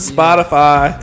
Spotify